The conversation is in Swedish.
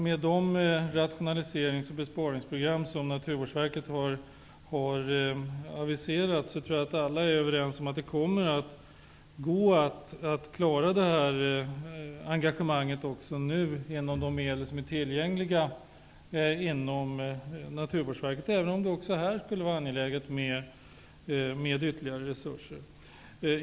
Med de rationaliserings och besparingsprogram som Naturvårdsverket har aviserat, tror jag att vi alla är överens om att det också nu kommer att gå att klara detta engagemang med de medel som är tillgängliga inom Naturvårdsverket, även om det också här skulle vara angeläget med ytterligare resurser.